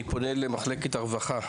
אני פונה למשרד הרווחה.